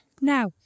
now